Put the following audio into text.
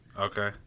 okay